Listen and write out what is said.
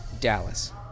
Dallas